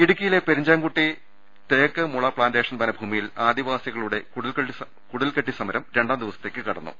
ഇടുക്കിയിലെ പെരിഞ്ചാംകുട്ടി തേക്ക് മുള പ്ലാന്റേഷൻ വനഭൂമി യിൽ ആദിവാസികളുടെ കുടിൽകെട്ടി സമരം രണ്ടാം ദിവസത്തേക്ക് കടന്നു